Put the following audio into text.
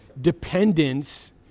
dependence